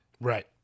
Right